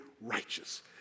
righteous